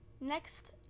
Next